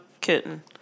kitten